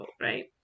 right